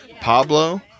pablo